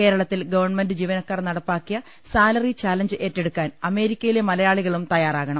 കേരളത്തിൽ ഗവൺമെന്റ് ജീവന ക്കാർ നടപ്പാക്കിയ സാലറി ചലഞ്ച് ഏറ്റെടുക്കാൻ അമേരിക്ക യിലെ മലയാളികളും തയ്യാറാകണം